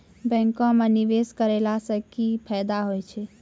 बैंको माई निवेश कराला से की सब फ़ायदा हो छै?